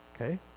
Okay